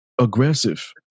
aggressive